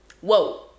Whoa